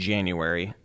January